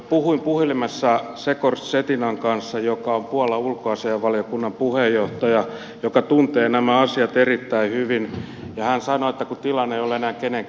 puhuin puhelimessa grzegorz schetynan kanssa joka on puolan ulkoasiainvaliokunnan puheenjohtaja ja tuntee nämä asiat erittäin hyvin ja hän sanoi että tilanne ei ole enää kenenkään hallinnassa